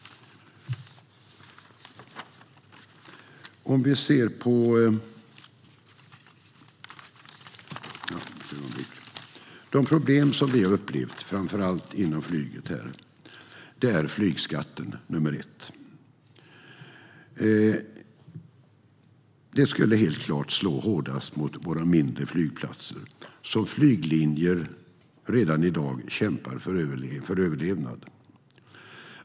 Bland de problem som vi har upplevt, framför allt inom flyget, är flygskatten nummer ett. En sådan skulle helt klart slå hårdast mot våra mindre flygplatser, där flyglinjer redan i dag kämpar för överlevnad.